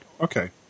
Okay